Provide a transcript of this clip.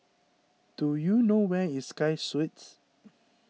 do you know where is Sky Suites